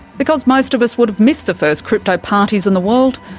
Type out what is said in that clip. because most of us would have missed the first crypto parties in the world,